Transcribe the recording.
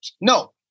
No